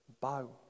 bow